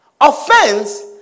Offense